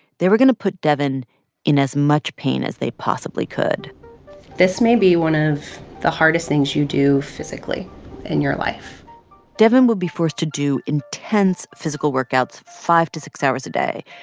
they were going to put devin in as much pain as they possibly could this may be one of the hardest things you do physically in your life devyn will be forced to do intense physical workouts five to six hours a day.